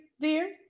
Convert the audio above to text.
dear